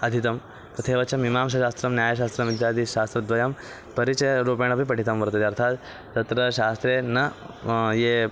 अधीतं तथैव च मीमांसाशास्त्रं न्यायशास्त्रम् इत्यादिशास्त्रद्वयं परिचयरूपेणापि पठितं वर्तते अर्थात् तत्र शास्त्रे न ये